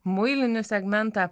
muilinių segmentą